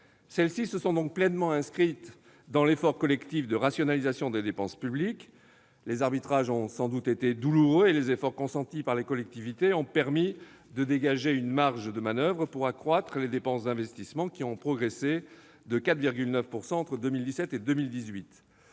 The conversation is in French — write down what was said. se sont donc pleinement inscrites dans l'effort collectif de rationalisation des dépenses publiques. Les arbitrages ont sans doute été douloureux. Quoi qu'il en soit, les efforts consentis par les collectivités ont permis de dégager une marge de manoeuvre pour accroître les dépenses d'investissement, qui ont progressé de 4,9 % entre 2017 et 2018.